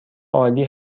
عالی